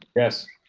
yes,